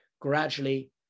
Gradually